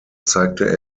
zeigte